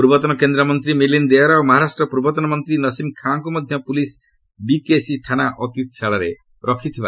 ପୂର୍ବତନ କେନ୍ଦ୍ରମନ୍ତ୍ରୀ ମିଳିନ୍ଦ୍ ଦେଓରା ଓ ମହାରାଷ୍ଟ୍ରର ପୂର୍ବତନ ମନ୍ତ୍ରୀ ନସିମ୍ ଖାଁଙ୍କୁ ମଧ୍ୟ ପୁଲିସ୍ ବିକେସି ଥାନା ଅତିଥିଶାଳାରେ ରଖିଛି